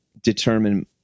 determine